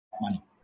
money